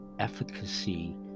efficacy